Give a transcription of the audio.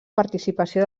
participació